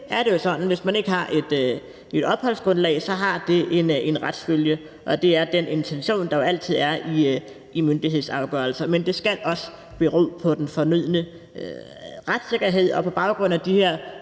hvis man ikke har et nyt opholdsgrundlag, så har det en retsfølge, og det er den intention, der jo altid er i myndighedsafgørelser. Men det skal også bero på den fornødne retssikkerhed.